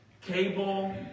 Cable